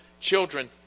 children